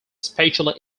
especially